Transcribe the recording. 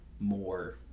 more